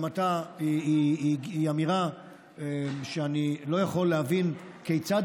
היא אמירה שאני לא יכול להבין כיצד